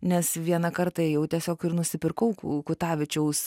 nes vieną kartą ėjau tiesiog ir nusipirkau kutavičiaus